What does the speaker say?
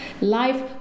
life